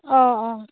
অঁ অঁ